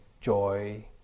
joy